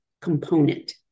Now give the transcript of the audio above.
component